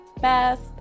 best